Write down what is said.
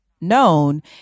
known